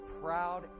proud